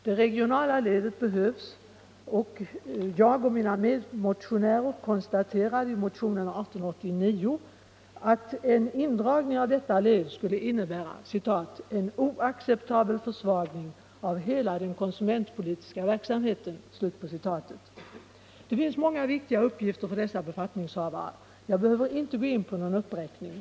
Det regionala ledet behövs, och jag och mina medmotionärer konstaterade i motionen 1889 att en indragning av detta led skulle innebära ”en oacceptabel försvagning av hela den konsumentpolitiska verksamheten”. Det finns många viktiga uppgifter för dessa befattningshavare. Jag behöver inte göra någon uppräkning.